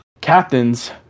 captains